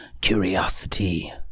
curiosity